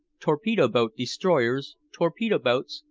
torpedo-boat destroyers, torpedo-boats,